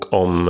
om